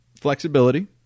flexibility